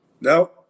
No